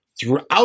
throughout